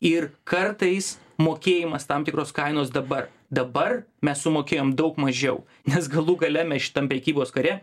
ir kartais mokėjimas tam tikros kainos dabar dabar mes sumokėjom daug mažiau nes galų gale šitam prekybos kare